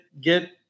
get